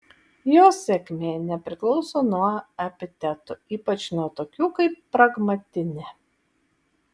jos sėkmė nepriklauso nuo epitetų ypač nuo tokių kaip pragmatinė